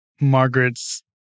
margaret's